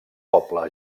poble